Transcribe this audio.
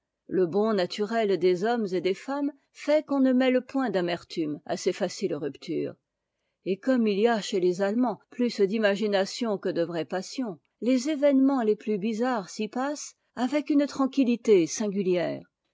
le bon naturel des hommes et des femmes fait qu'on ne mêle point d'amertume à ces tacites ruptures et comme il y a chez tes allemands plus d'imagination que de vraie passion les événements les plus bizarres s'y passent avec une tranquillité singulière